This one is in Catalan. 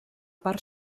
part